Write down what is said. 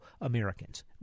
Americans